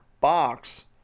box